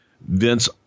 Vince